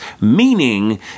meaning